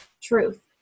truth